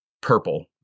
purple